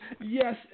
yes